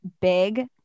big